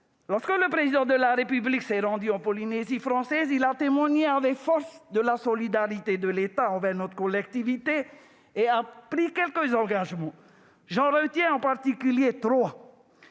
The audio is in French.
Lorsque le Président de la République s'est rendu en Polynésie française, il a témoigné avec force de la solidarité de l'État envers notre collectivité et a pris quelques engagements. J'en retiens en particulier trois.